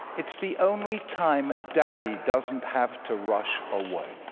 it's the only time daddy doesn't have to rush away.